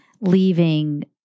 leaving